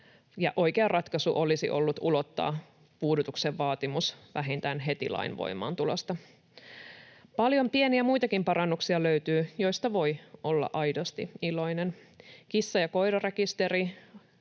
oikea ratkaisu olisi ollut ulottaa puudutuksen vaatimus vähintään heti lain voimaantulosta. Löytyy paljon muitakin pieniä parannuksia, joista voi olla aidosti iloinen. Kissarekisteri